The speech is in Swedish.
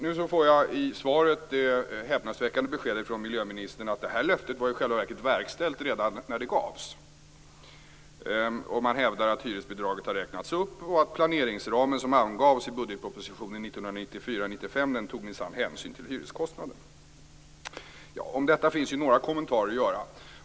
Nu får jag i svaret det häpnadsväckande beskedet från miljöministern att det här löftet i själva verket var verkställt redan när det gavs. Man hävdar att hyresbidraget har räknats upp och att den planeringsram som angavs i budgetpropositionen för 1994/95 minsann tog hänsyn till hyreskostnaden. Om detta finns några kommentarer att göra.